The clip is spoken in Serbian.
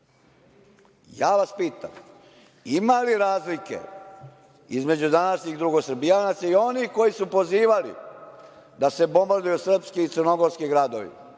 vas pitam - ima li razlike između današnjih drugosrbijanaca i onih koji su pozivali da se bombarduju srpski i crnogorski gradovi?